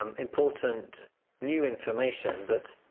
um important new information that,